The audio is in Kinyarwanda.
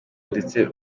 ndetse